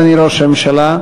אדוני ראש הממשלה,